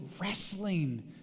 wrestling